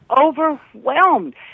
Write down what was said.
overwhelmed